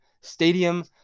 stadium